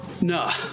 Nah